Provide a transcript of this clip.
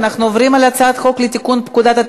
תודה.